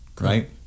right